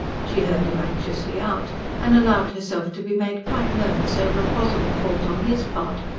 she heard him anxiously out, and allowed herself to be made quite nervous over a possible fault on his part,